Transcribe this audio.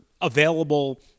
available